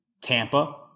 Tampa